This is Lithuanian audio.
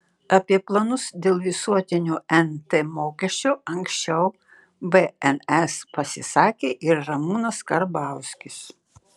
apie planus dėl visuotinio nt mokesčio anksčiau bns pasisakė ir ramūnas karbauskis